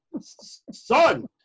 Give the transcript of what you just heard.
Son